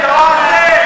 התעוררתם?